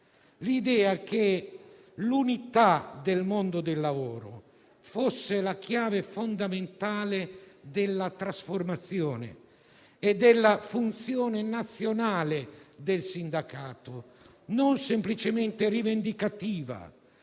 l'idea che l'unità del mondo del lavoro fosse la chiave fondamentale della trasformazione e della funzione nazionale del sindacato, non semplicemente rivendicativa,